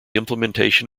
implementation